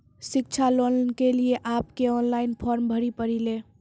शिक्षा लोन के लिए आप के ऑनलाइन फॉर्म भरी ले?